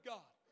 God